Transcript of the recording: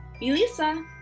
Elisa